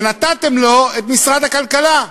ונתתם לו את משרד הכלכלה.